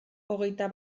hogeita